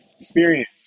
experience